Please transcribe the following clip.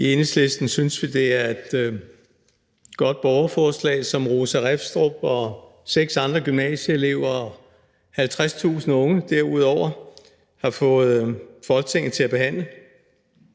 I Enhedslisten synes vi, at det er et godt borgerforslag, som Rosa Amalie Leibowitz Reffstrup og seks andre gymnasieelever – og 50.000 unge derudover – har fået Folketinget til at behandle.